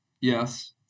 Yes